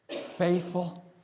Faithful